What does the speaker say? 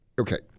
okay